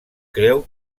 creu